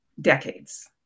decades